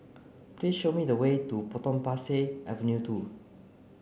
please show me the way to Potong Pasir Avenue two